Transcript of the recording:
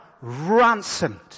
ransomed